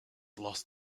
lost